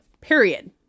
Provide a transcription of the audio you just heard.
period